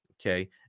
Okay